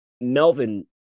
Melvin